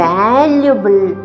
valuable